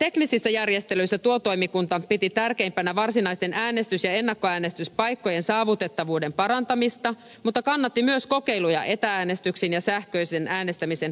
teknisissä järjestelyissä tuo toimikunta piti tärkeimpänä varsinaisten äänestys ja ennakkoäänestyspaikkojen saavutettavuuden parantamista mutta kannatti myös kokeiluja etä äänestyksen ja sähköisen äänestämisen kehittämiseksi